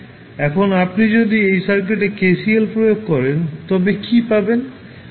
এখন আপনি যদি এই সার্কিটে KCL প্রয়োগ করেন তবে কী পাবেন